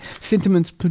sentiments